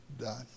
done